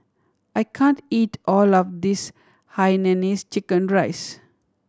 I can't eat all of this Hainanese chicken rice